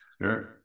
Sure